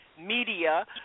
media